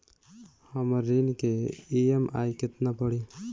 हमर ऋण के ई.एम.आई केतना पड़ी?